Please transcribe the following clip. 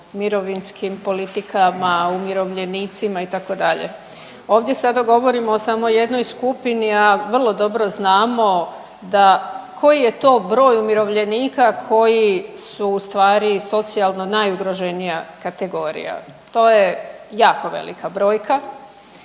mirovinskim politikama, umirovljenicima itd. Ovdje sada govorimo o samo jednoj skupini, a vrlo dobro znamo da koji je to broj umirovljenika koji su ustvari socijalno najugroženija kategorija. To je jako velika brojka